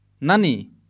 nani